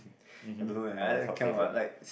um hmm but favourite